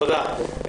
תודה.